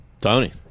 Tony